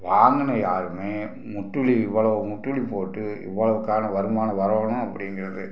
வாங்கின யாருமே முட்டுலி இவ்வளோ முட்டுலி போட்டு இவ்வளோவுக்கான வருமானம் வரணும் அப்படிங்கிறது